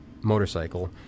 motorcycle